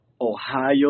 Ohio